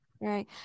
Right